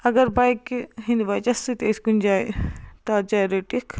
اگر بایکہِ ہِنٛدۍ وجہ سۭتۍ أسۍ کُنہِ جاے تَتھ جایہِ رٔٹِکھ